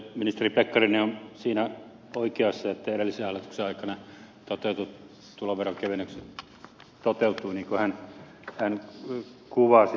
ministeri pekkarinen on siinä oikeassa että edellisen hallituksen aikana toteutetut tuloveron kevennykset toteutuivat niin kuin hän kuvasi